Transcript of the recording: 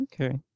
Okay